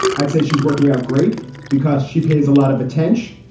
i'd say she's working out great because she pays a lot of attention.